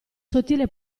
sottile